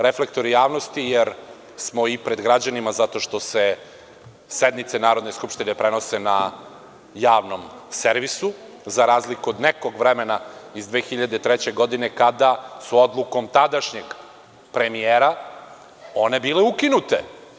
Reflektori javnosti, jer smo i pred građanima zato što se sednice Narodne skupštine prenose na javnom servisu, za razliku od nekog vremena iz 2003. godine, kada su odlukom tadašnjeg premijera, one bile ukinute.